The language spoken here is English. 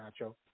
Nacho